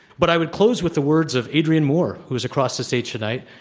but i would close with the words of adrian moore, who is across the stage tonight,